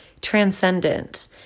transcendent